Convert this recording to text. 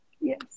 Yes